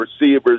receivers